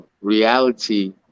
reality